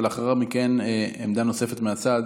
ולאחר מכן עמדה נוספת מהצד